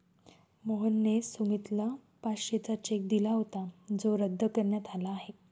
मोहनने सुमितला पाचशेचा चेक दिला होता जो रद्द करण्यात आला आहे